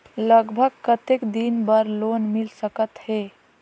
लगभग कतेक दिन बार लोन मिल सकत हे?